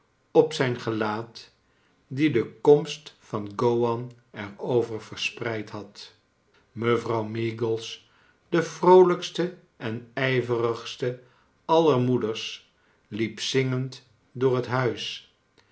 op zijn gelaat die de komst van gowan er over verspreid had mevrouw meagles de vroolijkste en ijverigste aller moeders liep zingende door het huis